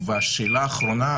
השאלה האחרונה.